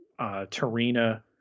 Tarina